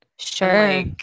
Sure